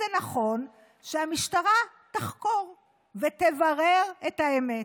שהמשטרה תחקור ותברר את האמת.